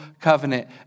covenant